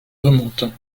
remontant